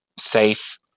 Safe